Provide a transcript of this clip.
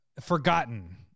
Forgotten